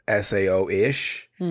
SAO-ish